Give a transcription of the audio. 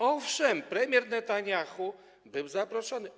Owszem, premier Netanjahu był zaproszony.